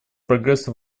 прогресса